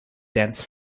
dense